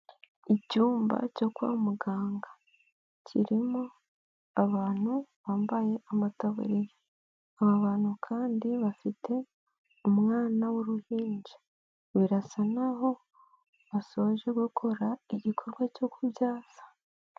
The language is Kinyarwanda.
Icyumba cyo kwa muganga kirimo abantu bambaye amataburiya. Aba bantu kandi bafite umwana w'uruhinja. Birasa n'aho basoje gukora igikorwa cyo kubyaza.